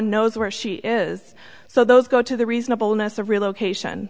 knows where she is so those go to the reasonableness of relocation